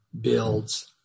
builds